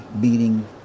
beating